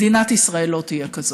מדינת ישראל לא תהיה כזאת.